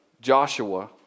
Joshua